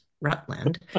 Rutland